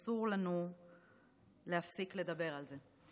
אסור לנו להפסיק לדבר על זה,